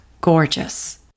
gorgeous